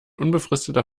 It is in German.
unbefristeter